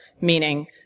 meaning